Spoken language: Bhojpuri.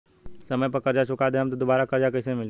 समय पर कर्जा चुका दहम त दुबाराकर्जा कइसे मिली?